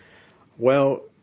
well,